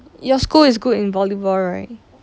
your school is good in volleyball right